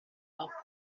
are